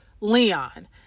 Leon